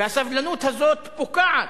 והסובלנות הזאת פוקעת.